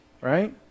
Right